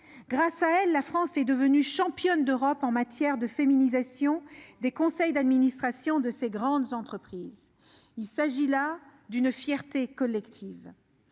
Grâce à elle, la France est devenue championne d'Europe en matière de féminisation des conseils d'administration de ses grandes entreprises. Il s'agit là d'une fierté collective,